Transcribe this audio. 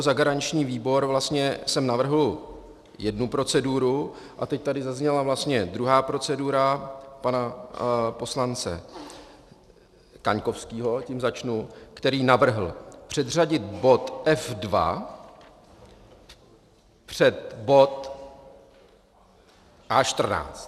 Za garanční výbor jsem navrhl jednu proceduru a teď tady zazněla vlastně druhá procedura pana poslance Kaňkovského, tím začnu, který navrhl předřadit bod F2 před bod A14.